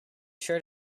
sure